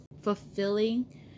fulfilling